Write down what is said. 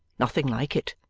nothing like it.